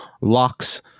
locks